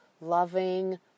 loving